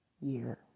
year